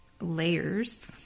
layers